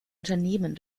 unternehmen